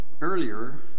earlier